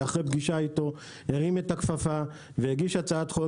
שאחרי שנפגשנו איתו הרים את הכפפה והגיש הצעת חוק